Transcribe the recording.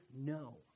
no